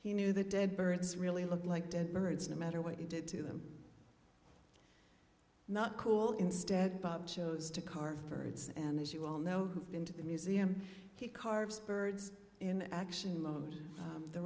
he knew the dead birds really looked like dead birds no matter what he did to them not cool instead bob chose to carve birds and as you all know who've been to the museum he carves birds in action mode the